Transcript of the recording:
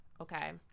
Okay